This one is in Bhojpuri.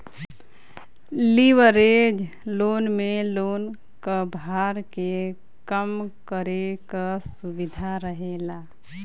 लिवरेज लोन में लोन क भार के कम करे क सुविधा रहेला